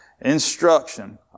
Instruction